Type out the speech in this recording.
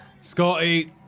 Scotty